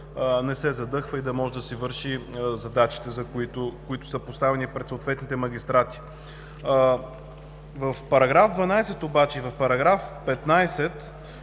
не се задъхва и да може да си върши задачите, които са поставени пред съответните магистрати. Обаче в § 12 и в § 15